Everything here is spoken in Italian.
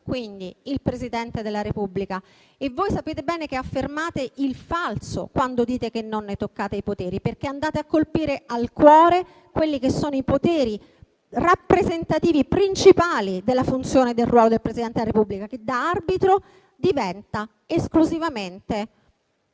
quindi il Presidente della Repubblica e voi sapete bene che affermate il falso quando dite che non ne toccate i poteri perché andate a colpire al cuore i poteri rappresentativi principali della funzione e del ruolo del Presidente della Repubblica, che da arbitro diventa esclusivamente